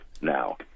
now